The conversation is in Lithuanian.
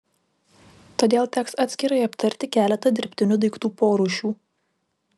todėl teks atskirai aptarti keletą dirbtinių daiktų porūšių